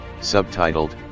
Subtitled